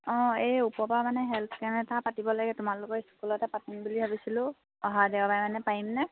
অঁ এই ওপৰৰপৰা মানে হেল্থ কেম্প এটা পাব লাগে তোমালোকৰ স্কুলতে পাতিম বুলি ভাবিছিলোঁ অহা দেওবাৰে মানে পাৰিম নে